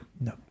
No